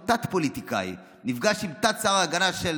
הוא תת-פוליטיקאי, נפגש עם תת-שר ההגנה של